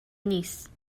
نیست